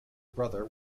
brother